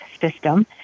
system